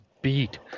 beat